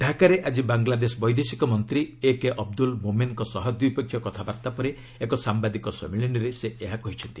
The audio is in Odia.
ଡାକାରେ ଆଜି ବାଙ୍ଗଲାଦେଶ ବୈଦେଶିକ ମନ୍ତ୍ରୀ ଏକେ ଅବଦୁଲ୍ ମୋମେନ୍ଙ୍କ ସହ ଦ୍ୱିପକ୍ଷିୟ କଥାବାର୍ତ୍ତା ପରେ ଏକ ସାମ୍ଭାଦିକ ସମ୍ମିଳନୀରେ ସେ ଏହା କହିଛନ୍ତି